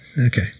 Okay